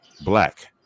black